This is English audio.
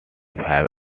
have